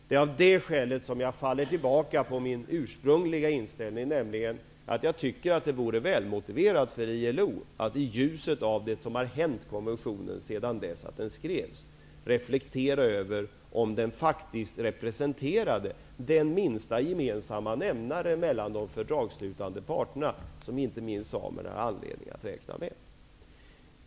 Det är av det skälet som jag faller tillbaka på min ursprungliga inställning, nämligen att det vore välmotiverat för ILO att i ljuset av vad som hänt konventionen sedan den skrevs reflektera över om den faktiskt representerade den minsta gemensamma nämnare mellan de fördragsslutande parterna som inte minst samerna har anledning att räkna med.